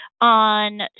on